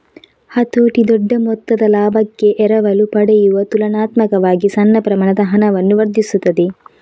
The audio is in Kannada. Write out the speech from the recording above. ಹತೋಟಿ ದೊಡ್ಡ ಮೊತ್ತದ ಲಾಭಕ್ಕೆ ಎರವಲು ಪಡೆಯುವ ತುಲನಾತ್ಮಕವಾಗಿ ಸಣ್ಣ ಪ್ರಮಾಣದ ಹಣವನ್ನು ವರ್ಧಿಸುತ್ತದೆ